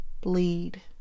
bleed